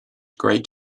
great